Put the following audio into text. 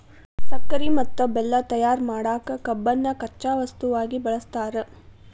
ಸಕ್ಕರಿ ಮತ್ತ ಬೆಲ್ಲ ತಯಾರ್ ಮಾಡಕ್ ಕಬ್ಬನ್ನ ಕಚ್ಚಾ ವಸ್ತುವಾಗಿ ಬಳಸ್ತಾರ